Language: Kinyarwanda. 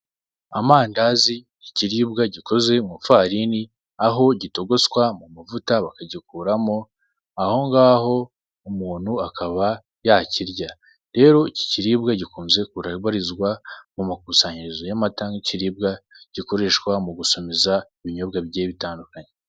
Amandazi ikiribwa gikoze mu ifarini. Aho gitogoswa mu mavuta bakagikuramo, aho ngaho umuntu akaba yakirya. Rero ki kiribwa gikunze kubarizwa mu makusanyirizo y'amata nk'ikiribwa gikoreshwa mu gusomeza ibinyobwa bigiye bitandukanye.